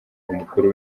umukuru